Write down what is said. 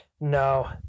No